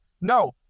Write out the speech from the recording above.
No